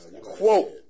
Quote